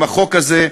עם החוק הזה,